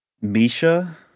Misha